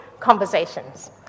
Conversations